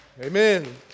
Amen